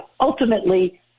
ultimately